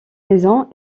maison